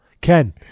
Ken